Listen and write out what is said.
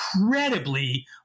incredibly